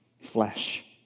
flesh